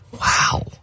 Wow